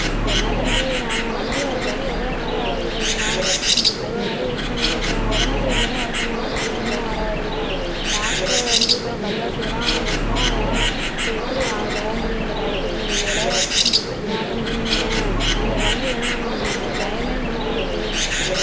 என்ன தம்பி நாங்கள் வண்டி வர சொல்லி எவ்வளோ நாழி ஆகுது தெரியுமா அவ்வளோ நாழி வைட் பண்ணிகிட்டு இருக்கேன் உடம்பு சரி இல்லைனு வர சொன்னால் தம்பி இன்னும் வரார் டாக்ட்ரு வந்து இப்போதான் கடிதாசி எல்லாம் கொடுத்தோம் அதெலாம் இப்போது எப்படி நாங்கள் போக முடியும் இந்த டையத்துக்கெனு தெரியலை என்ன தம்பி நீங்கள் எங்களுக்கு வண்டி வேணாம் தம்பி எங்களுக்கு டைமே முடிஞ்சு போயிட்டு